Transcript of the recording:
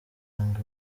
ngo